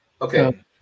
Okay